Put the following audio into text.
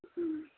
ம்